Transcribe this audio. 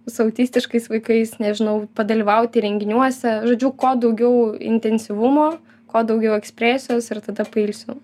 su autistiškais vaikais nežinau padalyvauti renginiuose žodžiu kuo daugiau intensyvumo kuo daugiau ekspresijos ir tada pailsiu